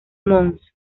mons